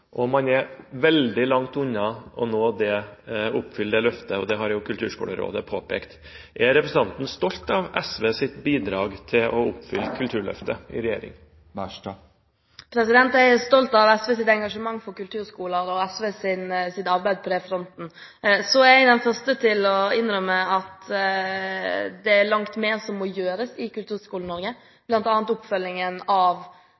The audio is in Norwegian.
og man er veldig langt unna å oppfylle det løftet, det har Kulturskolerådet påpekt. Er representanten stolt av SVs bidrag til å oppfylle Kulturløftet i regjeringen? Jeg er stolt av SVs engasjement for kulturskoler, og SVs arbeid på den fronten. Så er jeg den første til å innrømme at det er langt mer som må gjøres i kulturskolen i Norge, bl.a. oppfølgingen av